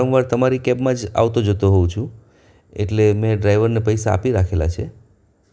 મોટેભાગે તો દાળભાત શાક રોટલીનું જ ભોજન બનાવાનું આયોજન છે